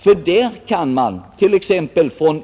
I Sovjet kan man nämligen